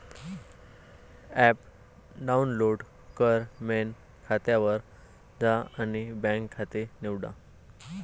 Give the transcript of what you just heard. app download कर, main खात्यावर जा आणि बँक खाते निवडा